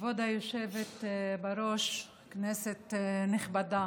כבוד היושבת-ראש, כנסת נכבדה,